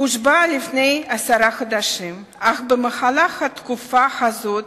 הושבעה לפני עשרה חודשים, אך במהלך התקופה הזאת